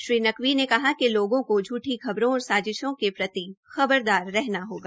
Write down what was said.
श्री नकवी ने कहा कि लोगों को झूठी खबरों और साजिशों के प्रति खबरदार रहना होगा